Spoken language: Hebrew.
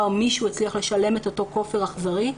או מישהו הצליח לשלם את אותו כופר אכזרי.